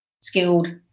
skilled